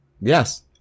Yes